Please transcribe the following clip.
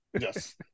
yes